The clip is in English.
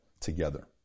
together